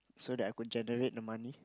so I could generate the money